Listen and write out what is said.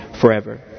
forever